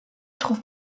trouve